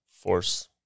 force